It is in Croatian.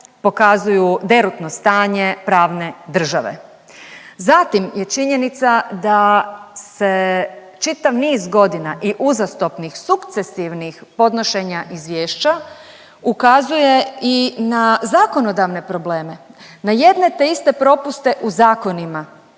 pokazuju derutno stanje pravne države. Zatim je činjenica da se čitav niz godina i uzastopnih sukcesivnih podnošenja izvješća ukazuje i na zakonodavne probleme, na jedne te iste propuste u zakonima